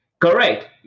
Correct